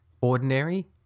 ordinary